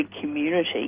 community